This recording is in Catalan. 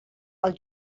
els